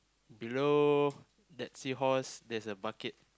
below that seahorse there's a bucket